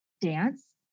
dance